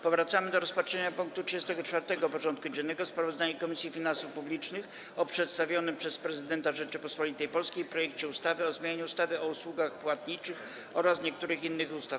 Powracamy do rozpatrzenia punktu 34. porządku dziennego: Sprawozdanie Komisji Finansów Publicznych o przedstawionym przez Prezydenta Rzeczypospolitej Polskiej projekcie ustawy o zmianie ustawy o usługach płatniczych oraz niektórych innych ustaw.